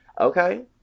Okay